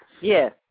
Yes